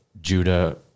Judah